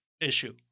issue